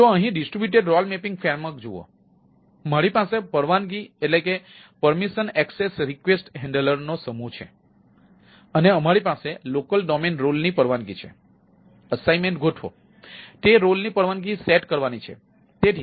તો અહીં તમે ડિસ્ટ્રિબ્યુટેડ રોલ મેપિંગ ફ્રેમવર્ક ભજવે છે